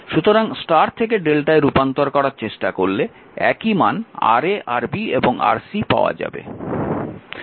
সুতরাং Y থেকে Δ এ রূপান্তর করার চেষ্টা করলে একই মান Ra Rb এবং Rc পাওয়া যাবে